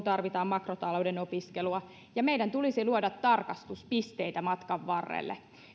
tarvitaan makrotalouden opiskelua ja meidän tulisi luoda tarkastuspisteitä matkan varrelle